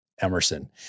Emerson